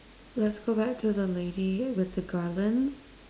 let's go back to the lady with the garlands